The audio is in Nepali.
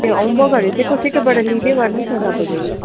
ए होमवर्कहरू चाहिँ कसैकोबाट लिँदै गर्नुहोस् न तपाईँले